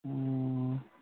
ꯎꯝ